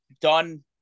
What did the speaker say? done